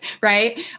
Right